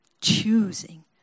choosing